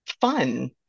fun